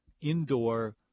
indoor